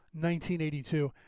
1982